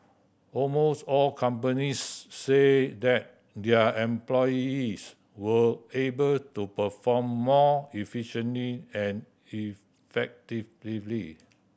almost all companies say that their employees were able to perform more efficiently and effectively